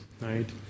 right